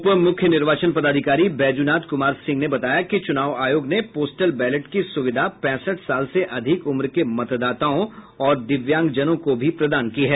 उप मुख्य निर्वाचन पदाधिकारी बैजुनाथ कुमार सिंह ने बताया कि चुनाव आयोग ने पोस्टल बैलेट की सुविधा पैंसठ साल से अधिक उम्र के मतदाताओं और दिव्यांगजनों को भी प्रदान किया है